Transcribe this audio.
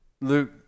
Luke